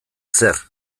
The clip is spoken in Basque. zer